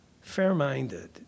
Fair-minded